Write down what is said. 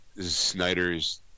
Snyder's